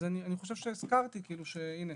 אז אני חושב שאני הזכרתי, שהנה,